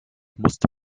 musste